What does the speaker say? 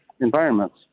environments